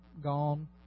Gone